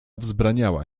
wzbraniała